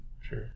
Sure